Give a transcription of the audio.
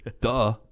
Duh